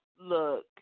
look